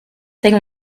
thing